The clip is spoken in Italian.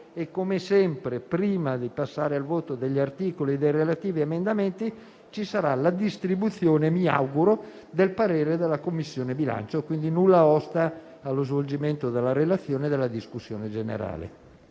come sempre, prima di passare al voto degli articoli e dei relativi emendamenti, ci sarà la distribuzione - mi auguro - del parere della Commissione bilancio, quindi nulla osta allo svolgimento della relazione e della discussione generale.